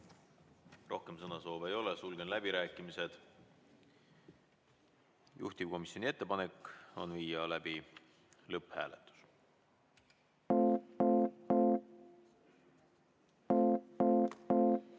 Rohkem sõnasoove ei ole, sulgen läbirääkimised. Juhtivkomisjoni ettepanek on viia läbi lõpphääletus.